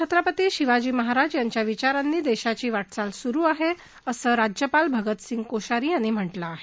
छत्रपती शिवाजी महाराज यांच्या विचारांनी देशाची वाटचाल सुरू आहे असं राज्यपाल भगतसिंह कोश्यारी यांनी म्हटलं आहे